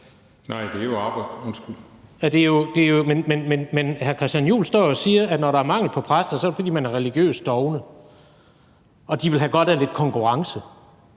fordi de er fagligt dovne, eller hvad? Hr. Christian Juhl står jo og siger, at når der er mangel på præster, er det, fordi man er religiøst dovne, og at de ville have godt af lidt konkurrence.